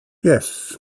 yes